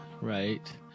right